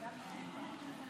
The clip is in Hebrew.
ו-10 לחוק הממשלה,